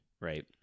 right